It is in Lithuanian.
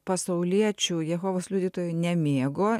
pasauliečių jehovos liudytojai nemėgo